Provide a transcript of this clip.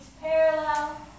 parallel